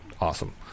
awesome